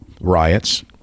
riots